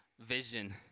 vision